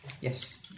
yes